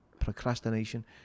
procrastination